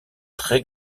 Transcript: très